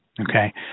Okay